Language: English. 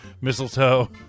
mistletoe